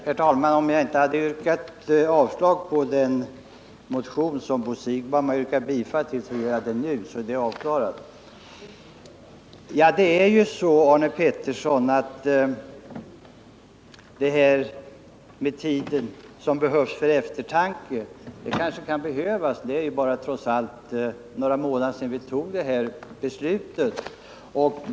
Herr talman! Om jag inte har yrkat avslag på den motion som Bo Siegbahn yrkade bifall till så gör jag det nu, så. är det avklarat. Det kanske ändå är så, Arne Pettersson, att det behövs tid för eftertanke. Det är trots allt bara några månader sedan vi fattade det här beslutet.